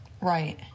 Right